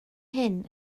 hyn